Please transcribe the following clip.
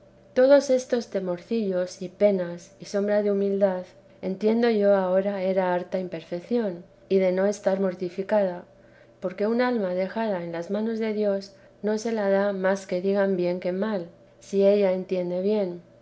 todos estos temorcillos y penas y sombra de humildad entiendo yo ahora era haría imperfección y de no estar mortificada porque un alma dejada en las manos de dios no se le da más que digan bien que mal si ella entiende bien